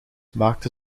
maakte